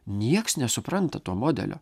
nieks nesupranta to modelio